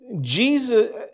Jesus